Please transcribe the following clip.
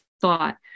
thought